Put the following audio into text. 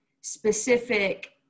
specific